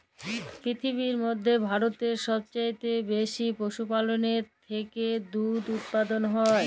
পিরথিবীর ম্যধে ভারতেল্লে সবচাঁয়ে বেশি পশুপাললের থ্যাকে দুহুদ উৎপাদল হ্যয়